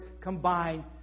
combined